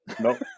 nope